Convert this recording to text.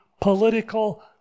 political